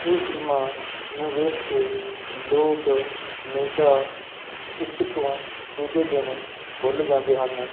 ਇਹ ਫਿਲਮਾਂ ਨੂੰ ਵੇਖ ਕੇ ਲੋਕ ਹਮੇਸ਼ਾ ਇੱਕ ਤੋਂ ਦੂਜੇ ਦਿਨ ਭੁੱਲ ਜਾਂਦੇ ਹਨ